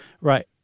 Right